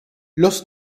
los